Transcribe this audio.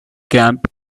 camp